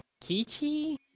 Kichi